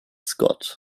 scott